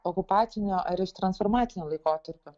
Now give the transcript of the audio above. okupacinio ar iš transformacinio laikotarpio